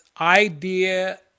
idea